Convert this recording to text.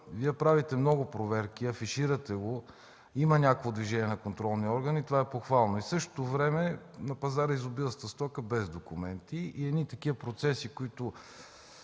Вие правите много проверки, афиширате ги, има някакво движение на контролни органи – това е похвално. В същото време обаче пазарът изобилства със стоки без документи. Тези процеси са